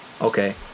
Okay